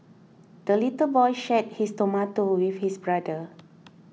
the little boy shared his tomato with his brother